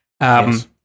Yes